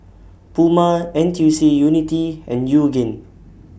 Puma N T U C Unity and Yoogane